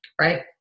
right